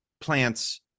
plants